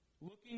looking